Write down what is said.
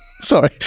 sorry